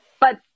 but-